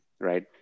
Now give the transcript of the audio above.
right